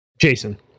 Jason